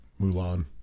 Mulan